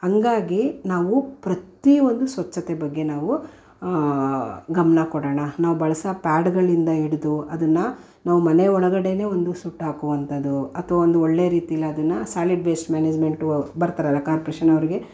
ಹಾಗಾಗಿ ನಾವು ಪ್ರತಿ ಒಂದು ಸ್ವಚ್ಛತೆ ಬಗ್ಗೆ ನಾವು ಗಮನ ಕೊಡೋಣ ನಾವು ಬಳ್ಸೋ ಪ್ಯಾಡುಗಳಿಂದ ಹಿಡ್ದು ಅದನ್ನು ನಾವು ಮನೆ ಒಳಗಡೆಯೇ ಒಂದು ಸುಟ್ಟಾಕುವಂಥದು ಅಥ್ವಾ ಒಂದು ಒಳ್ಳೆಯ ರೀತೀಲಿ ಅದನ್ನು ಸಾಲಿಡ್ ವೇಸ್ಟ್ ಮ್ಯಾನೇಜ್ಮೆಂಟು ಬರ್ತಾರಲ್ಲ ಕಾರ್ಪೊರೇಷನ್ ಅವ್ರಿಗೆ